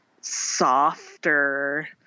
softer